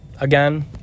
Again